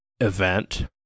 event